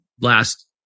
last